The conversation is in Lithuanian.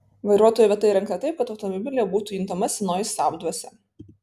vairuotojo vieta įrengta taip kad automobilyje būtų juntama senoji saab dvasia